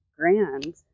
grand